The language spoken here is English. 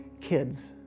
kids